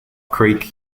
creek